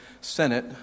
Senate